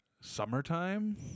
summertime